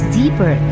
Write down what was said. deeper